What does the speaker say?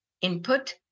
input